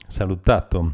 salutato